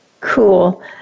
Cool